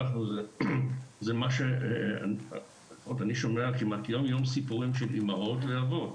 אני שומע כמעט כל יום סיפורים של אימהות ואבות.